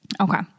Okay